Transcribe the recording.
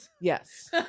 Yes